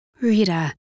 Rita